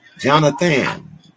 Jonathan